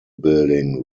building